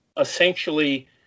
essentially